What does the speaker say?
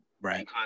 Right